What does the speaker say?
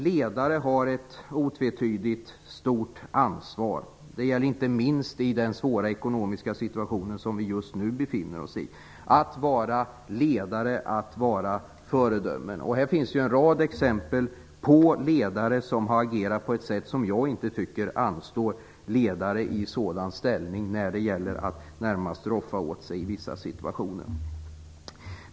Ledare har ju ett otvetydigt ansvar - det gäller inte minst i den svåra situation som vi nu befinner oss i - när det gäller att vara ledare och föredömen. Här finns en rad exempel på ledare som har agerat på ett sätt som jag inte tycker anstår ledare i sådan ställning då det gällt att närmast roffa åt sig i vissa situationer.